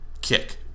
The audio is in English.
kick